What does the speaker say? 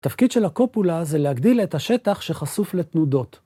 תפקיד של הקופולה זה להגדיל את השטח שחשוף לתנודות.